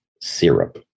syrup